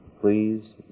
please